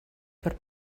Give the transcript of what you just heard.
per